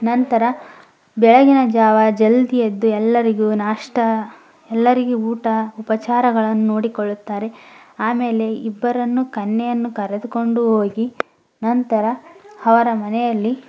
ನಂತರ ಬೆಳಗಿನ ಜಾವ ಜಲ್ದಿ ಎದ್ದು ಎಲ್ಲರಿಗೂ ನಾಷ್ಟಾ ಎಲ್ಲರಿಗೆ ಊಟ ಉಪಚಾರಗಳನ್ನ ನೋಡಿಕೊಳ್ಳುತ್ತಾರೆ ಆಮೇಲೆ ಇಬ್ಬರನ್ನು ಕನ್ಯೆಯನ್ನು ಕರೆದುಕೊಂಡು ಹೋಗಿ ನಂತರ ಅವರ ಮನೆಯಲ್ಲಿ